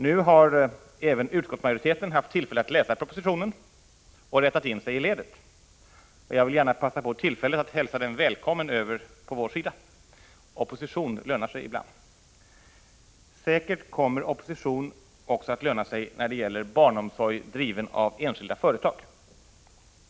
Nu har även utskottsmajoriteten haft tillfälle att läsa propositionen och rättat in sig i ledet, och jag vill gärna passa på tillfället att hälsa den välkommen över på vår sida. Opposition lönar sig ibland. Säkert kommer opposition också att löna sig när det gäller barnomsorg driven av enskilda företag.